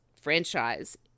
franchise